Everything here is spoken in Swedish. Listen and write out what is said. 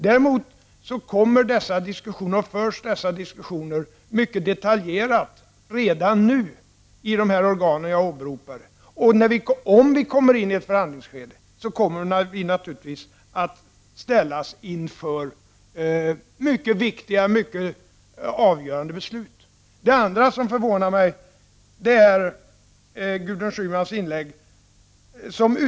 Däremot förs redan nu mycket detaljerade diskussioner i de organ som jag åberopade. Om vi kommer in i ett förhandlingsskede kommer vi naturligtvis att ställas inför mycket viktiga och avgörande beslut. Det andra som förvånar mig är Gudrun Schymans inlägg.